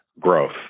growth